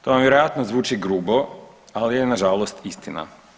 To vam vjerojatno zvuči grubo, ali je nažalost istina.